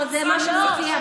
זה מה שפורסם, וזאת השאלה.